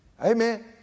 Amen